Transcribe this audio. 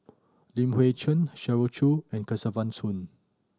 Li Hui Cheng Shirley Chew and Kesavan Soon